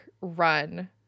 run